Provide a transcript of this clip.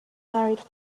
married